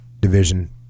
Division